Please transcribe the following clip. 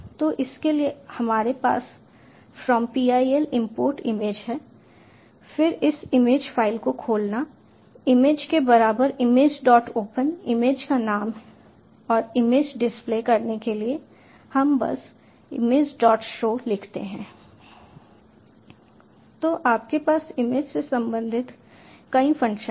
तो इसके लिए हमारे पास फ्रॉम PIL इंपोर्ट इमेज है फिर उस इमेज फ़ाइल को खोलना इमेज के बराबर इमेज डॉट ओपन इमेज का नाम और इमेज डिस्प्ले करने के लिए हम बस इमेज डॉट शो लिखते हैं तो आपके पास इमेज से संबंधित कई फ़ंक्शन हैं